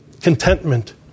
contentment